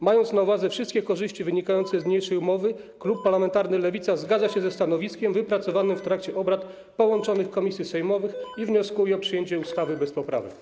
Mając na uwadze wszystkie korzyści wynikające z niniejszej umowy, klub parlamentarny Lewica zgadza się ze stanowiskiem wypracowanym w trakcie obrad połączonych komisji sejmowych i wnioskuje o przyjęcie ustawy bez poprawek.